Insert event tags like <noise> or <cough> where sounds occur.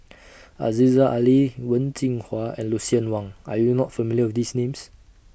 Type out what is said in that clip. <noise> Aziza Ali Wen Jinhua and Lucien Wang Are YOU not familiar with These Names